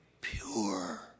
pure